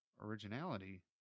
originality